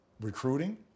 recruiting